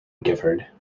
gifford